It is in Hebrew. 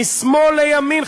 משמאל לימין,